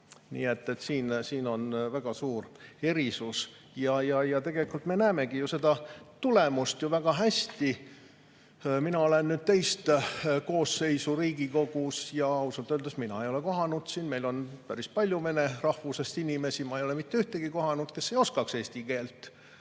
Nii et siin on väga suur erisus. Tegelikult me näemegi seda tulemust ju väga hästi. Mina olen nüüd teist koosseisu Riigikogus ja ausalt öeldes mina ei [tea] – meil on siin päris palju vene rahvusest inimesi – mitte ühtegi, kes ei oska eesti keelt.